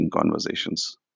conversations